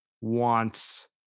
wants